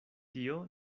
tio